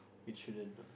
it shouldn't